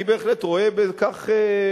אני בהחלט רואה בכך,